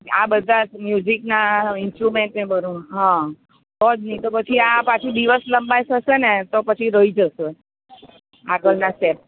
આ બધાં મ્યુઝીકના ઇન્સ્ટ્રુમેન્ટને બધું હા તો જ નહીં તો પછી આ પાછું દિવસ લંબાઈ થશે ને તો પછી રહી જશે આગળના સ્ટેપ